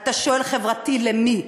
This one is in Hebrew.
אתה שואל: חברתי למי?